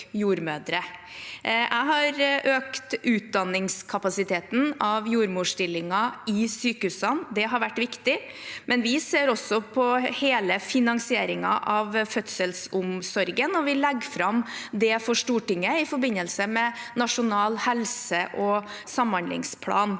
Jeg har økt utdanningskapasiteten av jordmorstillinger i sykehusene, og det har vært viktig, men vi ser også på hele finansieringen av fødselsomsorgen og vil legge fram det for Stortinget i forbindelse med Nasjonal helse- og samhandlingsplan.